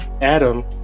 Adam